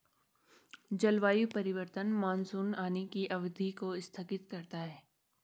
जलवायु परिवर्तन मानसून आने की अवधि को स्थगित करता है